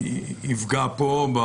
יפגע כאן?